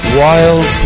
wild